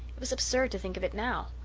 it was absurd to think of it now.